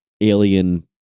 alien